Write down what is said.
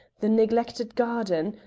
the neglected garden,